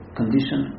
condition